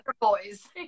boys